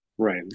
Right